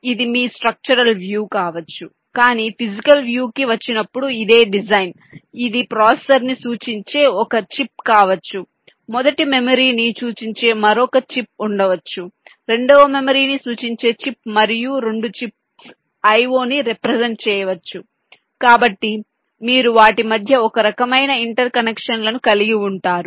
ఇది మీ structural view కావచ్చు కానీ ఫిజికల్ వ్యూ కి వచ్చినప్పుడు ఇదే డిజైన్ ఇది ప్రాసెసర్ను సూచించే ఒక చిప్ కావచ్చు మొదటి మెమరీని సూచించే మరొక చిప్ ఉండవచ్చు రెండవ మెమరీని సూచించే చిప్ మరియు 2 చిప్స్ I O ని రెప్రెసెంట్ చేయవచ్చు కాబట్టి మీరు వాటి మధ్య ఒకరకమైన ఇంటర్ కనెక్షన్లను కలిగి ఉంటారు